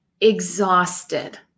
exhausted